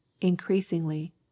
increasingly